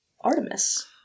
Artemis